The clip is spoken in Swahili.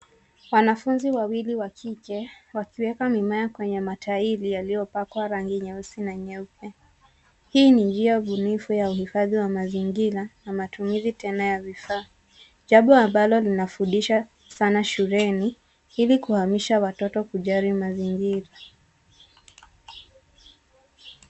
Wanafunzi wawili wa kike wakiweka mimea kwenye matairi yaliyopakwa rangi nyeusi na nyeupe. Hii ni njia bunifu ya uhifadhi wa mazingira na matumizi tena ya vifaa jambo ambalo linafundisha sana shuleni ili kuhamisha watoto kujali mazingira.